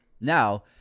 Now